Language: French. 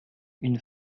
une